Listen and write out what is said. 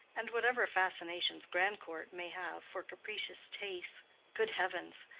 and whatever fascinations grandcourt may have for capricious tastes good heavens!